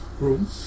room